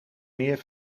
meer